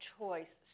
choice